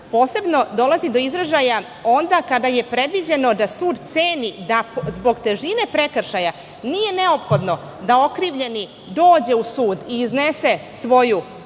posebno dolazi do izražaja onda kada je predviđeno da sud ceni zbog težine prekršaja da nije neophodno da okrivljeni dođe u sud i iznese svoju